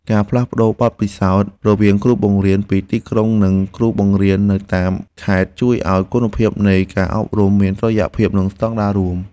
ការផ្លាស់ប្តូរបទពិសោធន៍រវាងគ្រូបង្រៀនពីទីក្រុងនិងគ្រូបង្រៀននៅតាមខេត្ត ជួយឱ្យគុណភាពនៃការអប់រំមានតុល្យភាពនិងស្តង់ដាររួម។